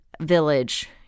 village